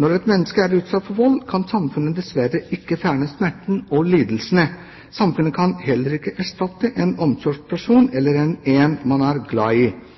Når et menneske blir utsatt for vold, kan samfunnet dessverre ikke fjerne smerten og lidelsene. Samfunnet kan heller ikke erstatte en omsorgsperson eller en man er glad i.